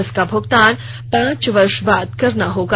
इसका भुगतान पांच वर्ष बाद करना होगा